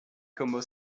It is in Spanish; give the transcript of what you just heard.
como